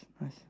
nice